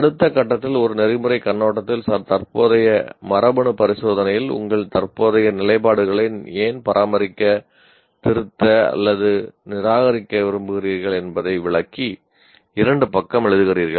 அடுத்த கட்டத்தில் ஒரு நெறிமுறைக் கண்ணோட்டத்தில் தற்போதைய மரபணு பரிசோதனையில் உங்கள் தற்போதைய நிலைப்பாடுகளை ஏன் பராமரிக்க திருத்த அல்லது நிராகரிக்க விரும்புகிறீர்கள் என்பதை விளக்கி இரண்டு பக்கம் எழுதுகிறீர்கள்